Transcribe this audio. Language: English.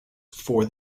for